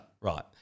Right